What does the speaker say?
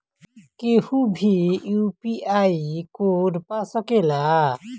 केहू भी UPI code पा सकेला?